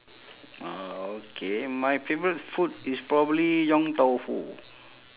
orh okay my favourite food is probably yong tau foo